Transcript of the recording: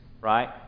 right